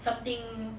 something